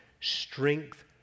Strength